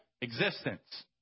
existence